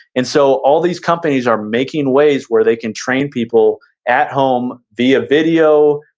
and so, all these companies are making ways where they can train people at home via video,